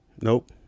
Nope